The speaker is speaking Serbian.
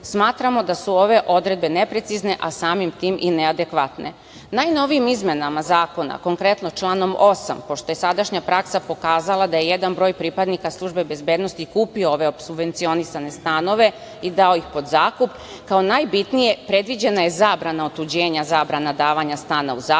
Smatramo da su ove odredbe neprecizne, a samim tim i neadekvatne. Najnovijim izmenama Zakona, konkretno članom 8, pošto je sadašnja praksa pokazala da je jedan broj pripadnika službe bezbednosti kupio ove subvencionisane stanove i dao ih pod zakup, kao najbitnije, predviđena je zabrana otuđenja, zabrana davanja stana u zakup,